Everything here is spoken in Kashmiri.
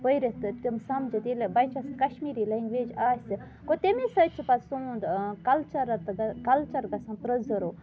پٔرِتھ تہٕ تِم سَمجِتھ ییٚلہِ بَچَس کَشمیٖری لینٛگویج آسہِ گوٚو تَمے سۭتۍ چھُ پَتہٕ سوند کَلچَرَر تہٕ کَلچَر گَژھان پِرٛزٔرٕو